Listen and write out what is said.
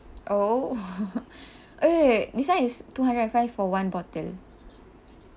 oh eh this one is two hundred and five for one bottle